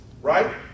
Right